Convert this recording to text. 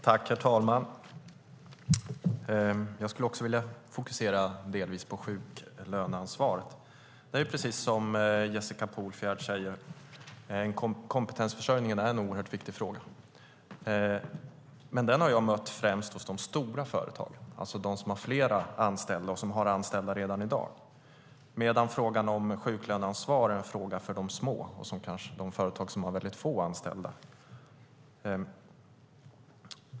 Herr talman! Jag skulle delvis också vilja fokusera på sjuklöneansvaret. Precis som Jessica Polfjärd säger är kompetensförsörjningen en oerhört viktig fråga. Men den har jag mött främst hos de stora företagen, alltså de som har flera anställda och som har anställda redan i dag, medan frågan om sjuklöneansvar är en fråga för de företag som har väldigt få anställda.